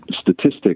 statistics